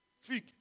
Fig